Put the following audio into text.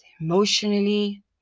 emotionally